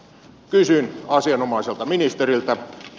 kysyn asianomaiselta ministeriltä